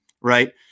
right